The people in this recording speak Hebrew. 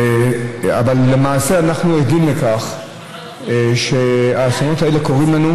אבל למעשה אנחנו עדים לכך שאסונות האלה קורים לנו.